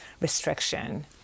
restriction